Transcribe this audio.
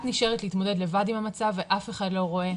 את נשארת להתמודד לבד עם המצב ואף אחד לא רואה,